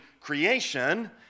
creation